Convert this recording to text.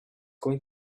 going